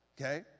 Okay